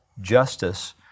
justice